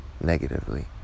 negatively